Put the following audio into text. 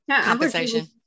conversation